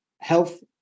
health